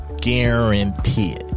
Guaranteed